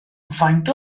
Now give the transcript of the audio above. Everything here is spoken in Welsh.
faint